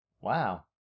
Wow